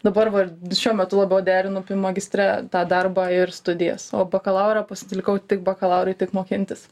dabar va ir šiuo metu labiau derinu magistre tą darbą ir studijas o bakalaurą pasilikau tik bakalaurui tik mokintis